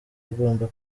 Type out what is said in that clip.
ugomba